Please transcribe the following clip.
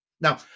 now